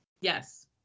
yes